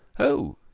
o,